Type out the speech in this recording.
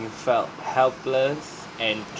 you felt helpless and